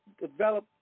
develop